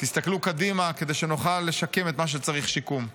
תסתכלו קדימה כדי שנוכל לשקם את מה שצריך שיקום.